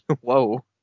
Whoa